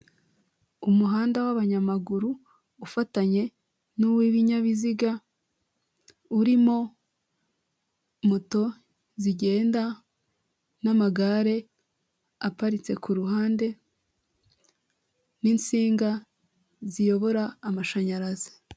Umuhanda w'abanyamaguru ufatanye n'uw'ibinyabiziga urimo moto zigenda, n'amagare aparitse ku ruhande n'insinga ziyobora amashanyarazi.